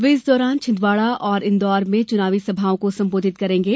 वे इस दौरान छिंदवाड़ा और इन्दौर में चुनावी सभाओं को संबोधित करेगें